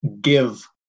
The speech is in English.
give